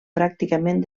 pràcticament